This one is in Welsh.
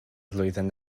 flwyddyn